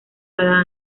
cada